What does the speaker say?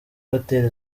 hoteli